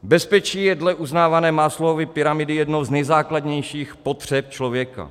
Bezpečí je dle uznávané Maslowovy pyramidy jednou z nejzákladnějších potřeb člověka.